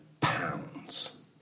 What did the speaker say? pounds